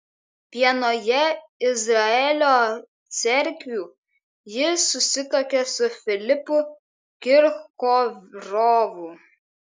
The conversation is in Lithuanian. vienoje izraelio cerkvių ji susituokė su filipu kirkorovu